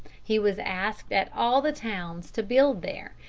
he was asked at all the towns to build there,